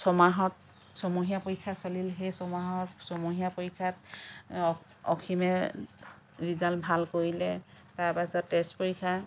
ছমাহত ছমহীয়া পৰীক্ষা চলিল সেই ছমাহত ছমহীয়া পৰীক্ষাত অসীমে ৰিজাল্ট ভাল কৰিলে তাৰ পাছত টেষ্ট পৰীক্ষা